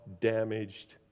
damaged